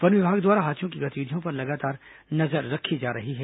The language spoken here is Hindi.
वन विभाग द्वारा हाथियों की गतिविधियों पर लगातार नजर रखी जा रही है